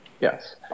Yes